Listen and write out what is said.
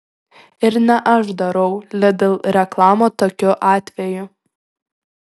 ir ne aš darau lidl reklamą tokiu atveju